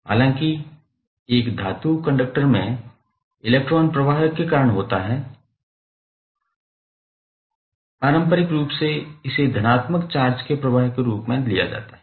हालांकि एक धातु कंडक्टर में इलेक्ट्रॉन प्रवाह के कारण प्रवाह होता है पारंपरिक रूप से इसे धनात्मक चार्ज के प्रवाह के रूप में लिया जाता है